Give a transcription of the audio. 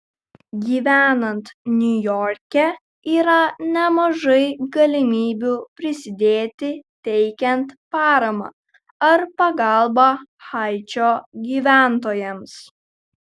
gyvenant niujorke yra nemažai galimybių prisidėti teikiant paramą ar pagalbą haičio gyventojams